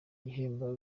ibihembo